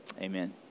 Amen